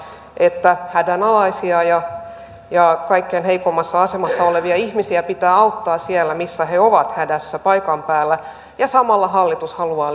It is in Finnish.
että hädänalaisia ja ja kaikkein heikoimmassa asemassa olevia ihmisiä pitää auttaa siellä missä he ovat hädässä paikan päällä ja samalla hallitus haluaa